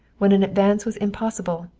when an advance was impossible,